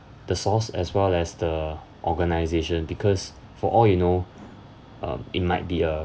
the source as well as the organisation because for all you know um it might be a